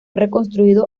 reconstruido